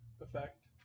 effect